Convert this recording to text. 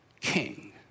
king